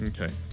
Okay